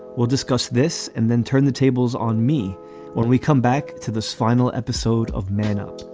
we'll discuss this and then turn the tables on me when we come back to this final episode of man up.